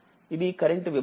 ఇదికరెంట్ విభజన